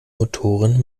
motoren